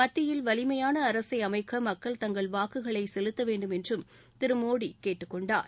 மத்தியில் வலிமையான அரசை அமைக்க மக்கள் தங்கள் வாக்குகளை செலுத்த வேண்டும் என்றும் திரு மோடி கேட்டுக்கொண்டார்